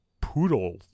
poodle